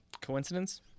Coincidence